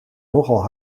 nogal